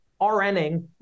RNing